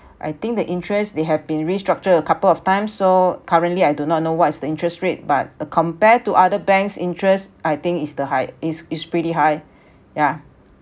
I think the interests they have been restructure a couple of times so currently I do not know what is the interest rate but uh compared to other banks interest I think it's the highest it's it's pretty high yeah